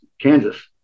Kansas